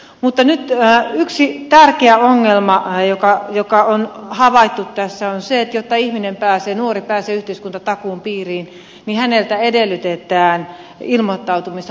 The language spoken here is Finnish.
mutta yksi tärkeä ongelma joka on havaittu tässä on se että jotta nuori pääsee yhteiskuntatakuun piiriin häneltä edellytetään ilmoittautumista työvoimatoimistoon